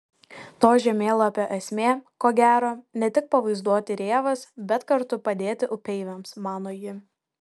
to žemėlapio esmė ko gero ne tik pavaizduoti rėvas bet kartu padėti upeiviams mano ji